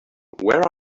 where